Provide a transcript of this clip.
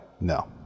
No